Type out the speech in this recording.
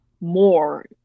more